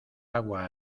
agua